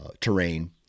terrain